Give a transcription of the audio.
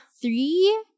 three